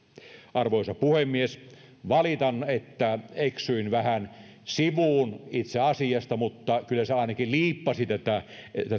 arvoisa puhemies valitan että eksyin vähän sivuun itse asiasta mutta kyllä se ainakin liippasi tätä